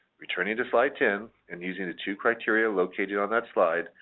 returning to slide ten and using the two criteria located on that slide.